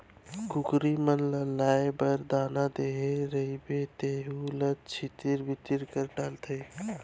कुकरी मन ल खाए बर दाना देहे रइबे तेहू ल छितिर बितिर कर डारथें